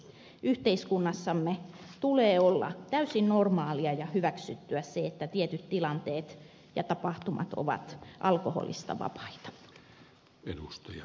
yhteiskunnassamme tulee olla täysin normaalia ja hyväksyttyä se että tietyt tilanteet ja tapahtumat ovat alkoholista vapaita